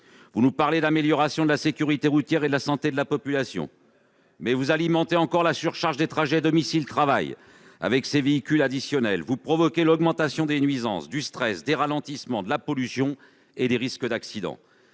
Vous nous parlez d'amélioration de la sécurité routière et de la santé de la population, mais vous alimentez encore la surcharge des trajets domicile-travail avec ces véhicules additionnels et vous provoquez l'augmentation des nuisances, du stress, des ralentissements, de la pollution et des risques d'accident